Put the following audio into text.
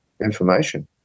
information